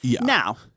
Now